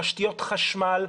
תשתיות חשמל,